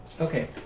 Okay